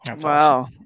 Wow